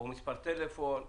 או מספר טלפון?